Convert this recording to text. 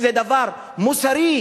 זה דבר מוסרי.